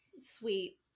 sweet